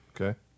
Okay